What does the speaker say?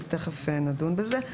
אז תיכף נדון בזה,